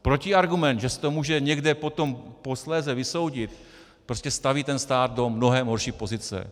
Protiargument, že se to může někde potom posléze vysoudit, prostě staví ten stát do mnohem horší pozice.